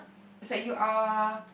is like you are